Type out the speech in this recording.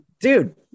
Dude